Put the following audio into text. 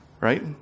right